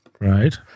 Right